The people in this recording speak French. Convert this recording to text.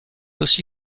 aussi